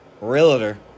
Realtor